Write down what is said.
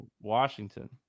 Washington